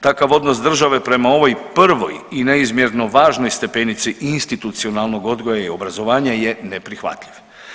Takav odnos države prema ovoj prvoj i neizmjerno važnoj stepenici institucionalnog odgoja i obrazovanja je neprihvatljiv.